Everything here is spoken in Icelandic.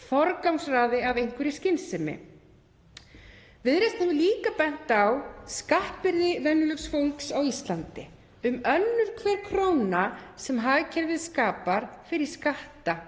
forgangsraði af einhverri skynsemi. Viðreisn hefur líka bent á skattbyrði venjulegs fólks á Íslandi. Um önnur hver króna sem hagkerfið skapar fer í skatta